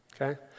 Okay